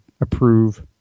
approve